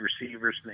receivers